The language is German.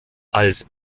als